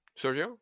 Sergio